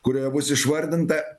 kurioje bus išvardinta